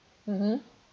mmhmm